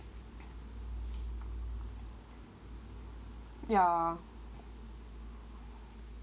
ya